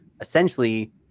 essentially